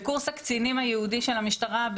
בקורס הקצינים הייעודי של המשטרה,